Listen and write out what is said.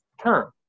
term